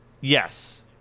Yes